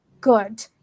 good